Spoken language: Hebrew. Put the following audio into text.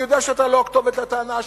אני יודע שאתה לא הכתובת לטענה שלי,